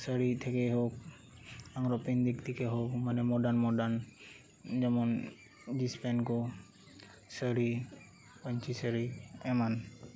ᱥᱟᱹᱲᱤ ᱛᱷᱮᱠᱮ ᱦᱳᱠ ᱟᱜᱽᱨᱚᱵ ᱯᱮᱱᱴ ᱫᱤᱠ ᱛᱷᱮᱠᱮ ᱦᱳᱠ ᱢᱟᱱᱮ ᱢᱳᱰᱟᱱ ᱢᱳᱰᱟᱱ ᱡᱮᱢᱚᱱ ᱡᱤᱥ ᱯᱮᱱᱴ ᱠᱚ ᱥᱟᱹᱲᱤ ᱯᱟᱹᱧᱪᱤ ᱥᱟᱹᱲᱤ ᱮᱢᱟᱱ